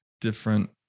different